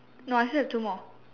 no I still have two more